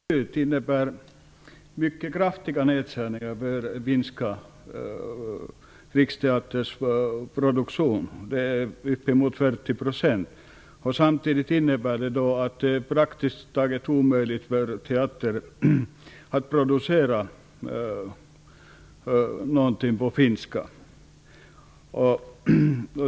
Fru talman! Jag ber att få tacka kulturministern för svaret. Riksteaterstyrelsens beslut innebär mycket kraftiga nedskärningar för att minska Riksteaterns produktion, uppemot 40 %. Samtidigt innebär det att det blir praktiskt taget omöjligt för teatern att producera någonting på finska.